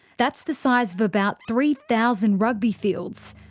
that's the size of about three thousand rugby fields.